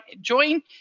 join